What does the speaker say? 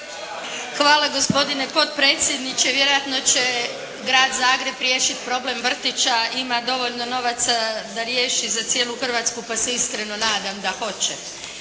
Hvala gospodine potpredsjedniče. Vjerojatno će Grad Zagreb riješiti problem vrtića, ima dovoljno novaca da riješi za cijelu Hrvatsku, pa se iskreno nadam da hoće.